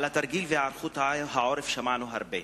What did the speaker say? על התרגיל והיערכות העורף שמענו הרבה.